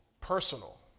Personal